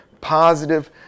Positive